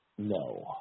No